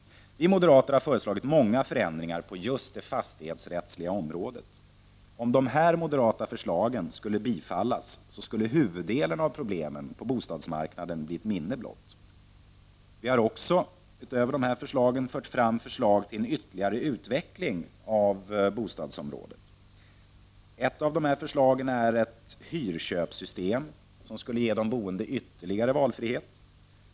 Vi moderater har föreslagit många förändringar på just det fastighetsrättsliga området. Om de moderata förslagen bifölls, skulle huvuddelen av problemen på bostadsmarknaden bli ett minne blott. Vi har också, utöver de här förslagen, lagt fram förslag till en ytterligare utveckling på bostadsområdet. Ett av dessa förslag gäller ett ”hyr-köp”-system som skulle ge de boende ytterligare valfrihet.